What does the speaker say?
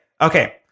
Okay